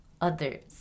others